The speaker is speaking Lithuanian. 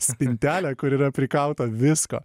spintelę kur yra prikrauta visko